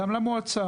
גם למועצה,